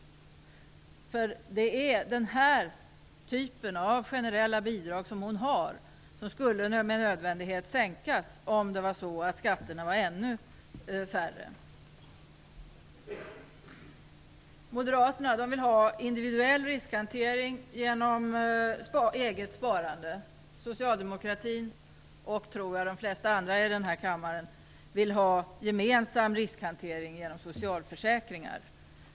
Det är den här typen av generella bidrag som hon har som med nödvändighet skulle sänkas om skatterna var ännu lägre. Moderaterna vill ha en individuell riskhantering genom eget sparande. Socialdemokratin, och jag tror även de flesta andra i den här kammaren, vill ha en gemensam riskhantering genom socialförsäkringar.